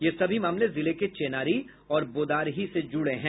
यह सभी मामले जिले के चेनारी और बोदारही से जुड़े हैं